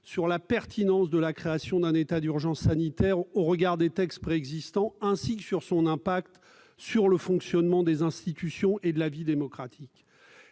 sur la pertinence de la création d'un état d'urgence sanitaire au regard des textes existants, ainsi que sur son impact sur le fonctionnement des institutions et de la vie démocratique.